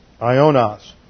Ionos